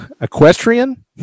equestrian